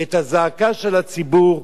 את הזעקה של הציבור,